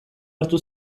hartu